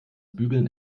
bügeln